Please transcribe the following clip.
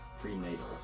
Pre-natal